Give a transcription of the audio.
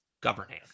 governing